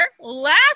Last